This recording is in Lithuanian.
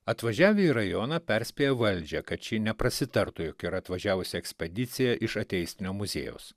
atvažiavę į rajoną perspėja valdžią kad ši neprasitartų jog yra atvažiavusi ekspedicija iš ateistinio muziejaus